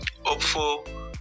Hopeful